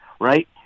right